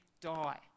die